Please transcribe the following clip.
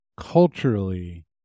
culturally